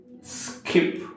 skip